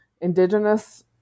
indigenous